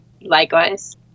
Likewise